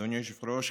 אדוני היושב-ראש,